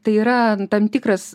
tai yra tam tikras